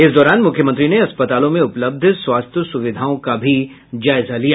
इस दौरान मुख्यमंत्री ने अस्पतालों में उपलब्ध स्वास्थ्य सुविधाओं का जायजा भी लिया